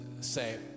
say